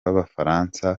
b’abafaransa